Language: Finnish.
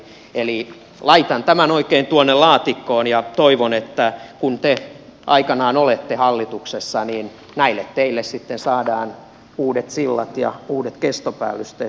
eli laitan tämän oikein tuonne laatikkoon ja toivon että kun te aikanaan olette hallituksessa niin näille teille sitten saadaan uudet sillat ja uudet kestopäällysteet